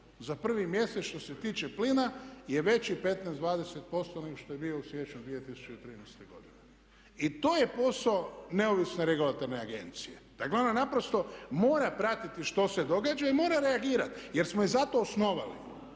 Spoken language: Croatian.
za prvi mjesec što se tiče plina je veći 15, 20% nego što je bio u siječnju 2013. godine. I to je posao neovisne regulatorne agencije. Dakle, ona naprosto mora pratiti što se događa i mora reagirati jer smo je zato osnovali,